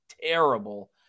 terrible